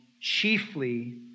chiefly